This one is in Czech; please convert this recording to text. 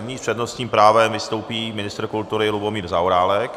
Nyní s přednostním právem vystoupí ministr kultury Lubomír Zaorálek.